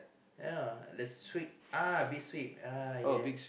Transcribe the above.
yeah so the sweet uh a bit sweet uh yes